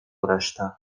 resztę